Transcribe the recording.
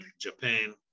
Japan